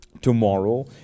tomorrow